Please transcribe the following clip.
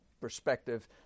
perspective